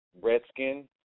Redskin